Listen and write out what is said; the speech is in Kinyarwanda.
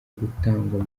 gutangwa